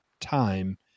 time